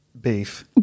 beef